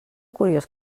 curiós